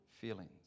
feelings